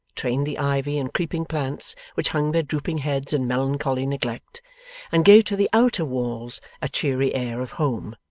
trained the ivy and creeping plants which hung their drooping heads in melancholy neglect and gave to the outer walls a cheery air of home.